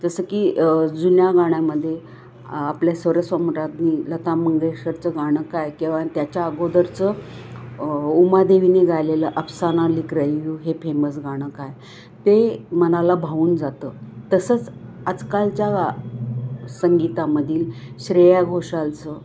जसं की जुन्या गाण्यामदे आपल्या स्वर सम्राज्ञी लता मंगेशकरचं गाण काय किंवा त्याच्या अगोदरचं उमादेवीने गायलेलं अफसाना लेख रही हूँ हे फेमस गाणं काय ते मनाला भावून जातं तसंच आजकाल च्या संगीतामधील श्रेया घोषालचं